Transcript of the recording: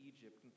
Egypt